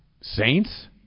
Saints